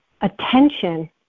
attention